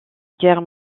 guerre